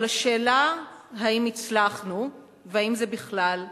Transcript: אבל השאלה אם הצלחנו ואם זה בכלל אפשרי,